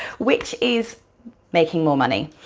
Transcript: which is making more money.